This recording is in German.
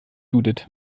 judith